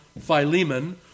Philemon